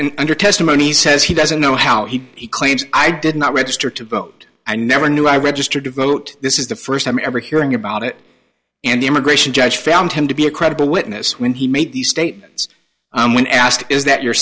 in under testimony says he doesn't know how he claims i did not register to vote i never knew i registered to vote this is the first time ever hearing about it and the immigration judge found him to be a credible witness when he made these statements and when asked is that your